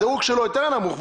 הדרוג שלו יותר נמוך,